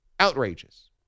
Outrageous